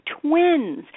Twins